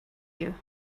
you